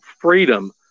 freedom